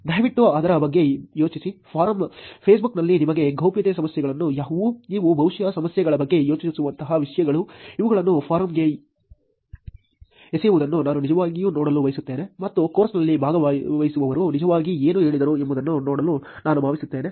ದಯವಿಟ್ಟು ಅದರ ಬಗ್ಗೆ ಯೋಚಿಸಿ ಫೋರಮ್ Facebook ನಲ್ಲಿ ನಿಮ್ಮ ಗೌಪ್ಯತೆ ಸಮಸ್ಯೆಗಳು ಯಾವುವು ನೀವು ಬಹುಶಃ ಸಮಸ್ಯೆಗಳ ಬಗ್ಗೆ ಯೋಚಿಸುವಂತಹ ವಿಷಯಗಳು ಇವುಗಳನ್ನು ಫಾರ್ಮ್ಗೆ ಎಸೆಯುವುದನ್ನು ನಾನು ನಿಜವಾಗಿಯೂ ನೋಡಲು ಬಯಸುತ್ತೇನೆ ಮತ್ತು ಕೋರ್ಸ್ನಲ್ಲಿ ಭಾಗವಹಿಸುವವರು ನಿಜವಾಗಿ ಏನು ಹೇಳಿದರು ಎಂಬುದನ್ನು ನೋಡಲು ನಾನು ಬಯಸುತ್ತೇನೆ